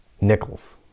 nickels